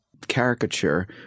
caricature